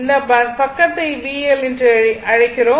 இந்த பக்கத்தை VL என்று அழைக்கிறோம்